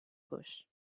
bush